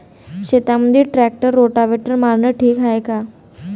शेतामंदी tractor rotavator मारनं ठीक हाये का?